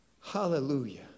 hallelujah